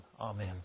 Amen